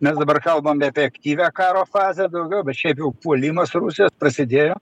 mes dabar kalbame apie aktyvią karo fazę daugiau bet šiaip jau puolimas rusijos prasidėjo